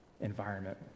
environment